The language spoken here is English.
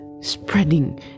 spreading